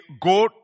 go